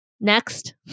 Next